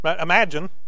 imagine